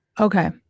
Okay